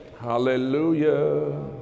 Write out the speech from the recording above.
Hallelujah